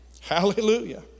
Hallelujah